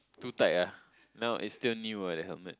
too tight ah now it's still new ah the helmet